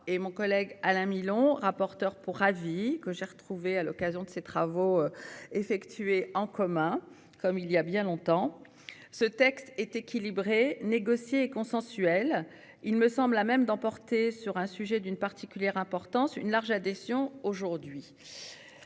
et mon collègue Alain Milon, rapporteur pour avis que j'ai retrouvé à l'occasion de ces travaux effectués en commun. Comme il y a bien longtemps. Ce texte est équilibré négociée consensuelle, il me semble à même d'emporter sur un sujet d'une particulière importance une large adhésion aujourd'hui.